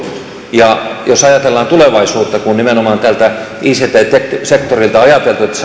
ja jos ajatellaan tulevaisuutta kun nimenomaan tältä ict sektorilta on ajateltu että